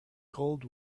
gold